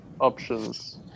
options